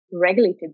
regulated